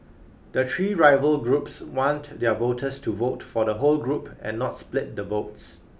the three rival groups want their voters to vote for the whole group and not split the votes